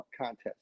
contest